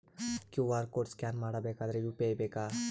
QR code scan ಮಾಡಬೇಕಾದರೆ UPI ಬೇಕಾ?